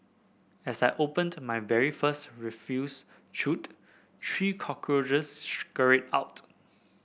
as I opened my very first refuse chute three cockroaches scurried out